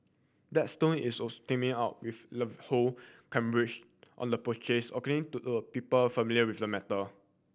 Blackstone is also teaming up with Ivanhoe Cambridge on the purchase according to a people familiar with the matter